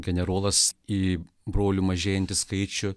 generolas į brolių mažėjantį skaičių